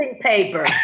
paper